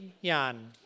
Yan